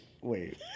wait